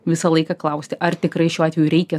visą laiką klausti ar tikrai šiuo atveju reikia